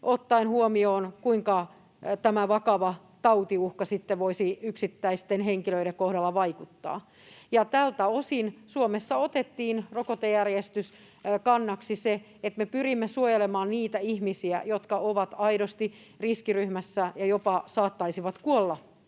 ottaen huomioon, kuinka tämä vakavan taudin uhka sitten voisi yksittäisten henkilöiden kohdalla vaikuttaa. Tältä osin Suomessa otettiin rokotejärjestyskannaksi, että me pyrimme suojelemaan niitä ihmisiä, jotka ovat aidosti riskiryhmässä ja jopa saattaisivat kuolla